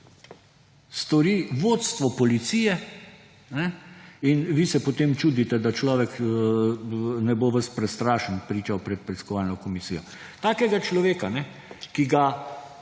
stori vodstvo policije? In vi se potem čudite, da človek ne bo ves prestrašen pričal pred preiskovalno komisijo. Takega človeka, ki ga